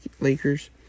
Lakers